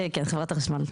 כן, חברת החשמל.